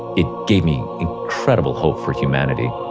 it gave me incredible hope for humanity,